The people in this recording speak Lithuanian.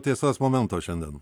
tiesos momento šiandien